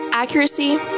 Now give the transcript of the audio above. Accuracy